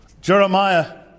Jeremiah